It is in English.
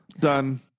Done